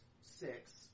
six